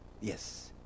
yes